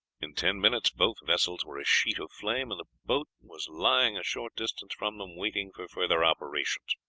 in ten minutes both vessels were a sheet of flame, and the boat was lying a short distance from them waiting for further operations.